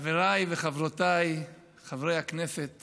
חבריי וחברותיי חברי הכנסת